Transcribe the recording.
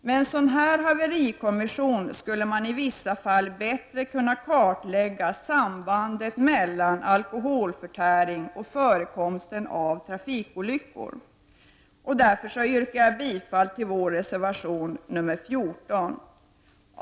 Med en sådan haverikommission skulle man i vissa fall bättre kunna kartlägga sambandet mellan alkoholförtäring och förekomsten av trafikolyckor. Därför yrkar jag bifall till vår reservation nr 14.